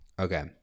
Okay